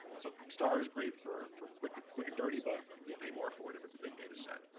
so star is great for for quick quick and dirty, but you'll pay more for it if it's a big data set.